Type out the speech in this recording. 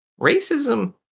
Racism